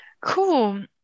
cool